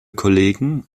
kollegen